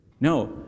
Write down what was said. No